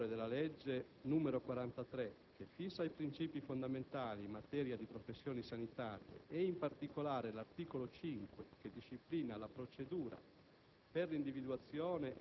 L'entrata in vigore della legge 1° febbraio 2006, n. 43, che fissa i princìpi fondamentali in materia di professioni sanitarie e, in particolare, l'articolo 5 che disciplina la procedura